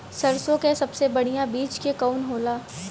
सरसों क सबसे बढ़िया बिज के कवन होला?